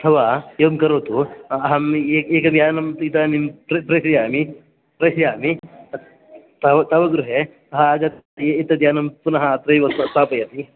अथवा एवं करोतु अहं एकयानं इदानीं प्रेषयामि प्रेषयामि तव गृहे आगत् एतद्यानं पुनः अत्रैव स्थापयति